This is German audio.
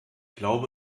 glaube